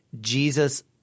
Jesus –